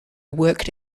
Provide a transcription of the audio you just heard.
worked